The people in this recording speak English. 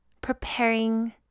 preparing